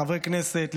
חברי כנסת,